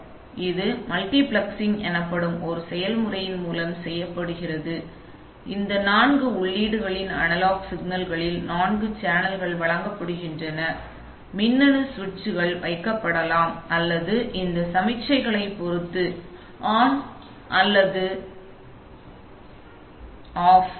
எனவே இது மல்டிபிளெக்சிங் எனப்படும் ஒரு செயல்முறையின் மூலம் செய்யப்படுகிறது இந்த நான்கு உள்ளீடுகளில் அனலாக் சிக்னல்களின் நான்கு சேனல்கள் வழங்கப்படுகின்றன மின்னணு சுவிட்சுகள் வைக்கப்படலாம் அல்லது இந்த சமிக்ஞைகளைப் பொறுத்து ஆன் அல்லது ஆஃப்